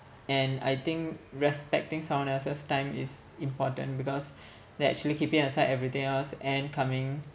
and I think respecting someone else's time is important because they're actually keeping aside everything else and coming